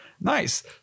Nice